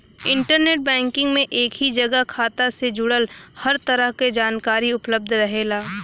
internet banking में एक ही जगह खाता से जुड़ल हर तरह क जानकारी उपलब्ध रहेला